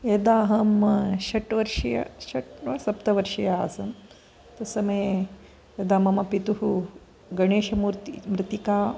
यदा अहं षट् वर्षीया षट् वा सप्तवर्षीया आसं तत्समये यदा मम पितुः गणेशमूर्तिः मृत्तिका